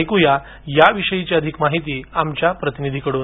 ऐक्या या विषयी अधिक माहिती आमच्या प्रतिनिधिकडून